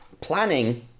planning